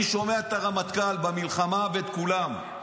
אני שומע את הרמטכ"ל במלחמה ואת כולם,